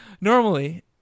normally